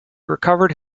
recovered